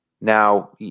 Now